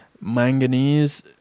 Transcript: manganese